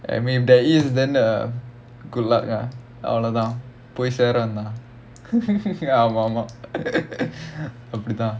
and if there is then uh good luck அவ்ளோ தான் போய் சேர வேண்டியது தான் ஆமா ஆமா அப்பிடி தான்:avlo thaan poi sera vendiyathu thaan aamaa aamaa apidi thaan